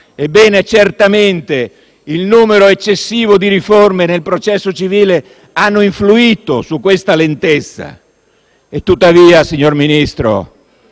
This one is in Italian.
Ebbene, certamente il numero eccessivo di riforme nel processo civile ha influito su questa lentezza. E tuttavia, signor Ministro,